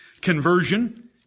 conversion